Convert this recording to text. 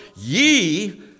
ye